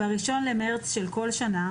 ב-1 במרס של כל שנה,